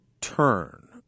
turn